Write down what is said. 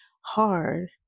hard